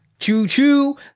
Choo-choo